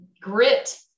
grit